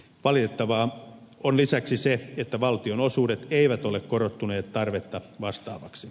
valitettavaa on lisäksi se että valtionosuudet eivät ole korottuneet tarvetta vastaaviksi